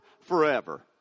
forever